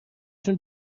شون